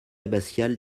abbatiale